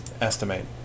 estimate